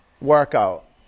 workout